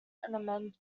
amendment